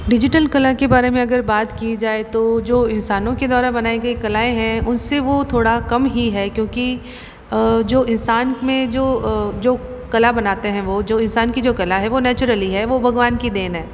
digital कला के बारे में अगर बात की जाए तो जो इंसानों के द्वारा बनाई गई कलाएं हैं उनसे वो थोड़ा कम ही है क्योंकि जो इंसान में जो कला बनाते हैं वो जो इंसान की कला है वो नेचुरल ही है वो भगवान की देन है